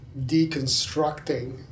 deconstructing